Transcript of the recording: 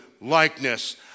likeness